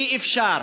אי-אפשר